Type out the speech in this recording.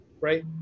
right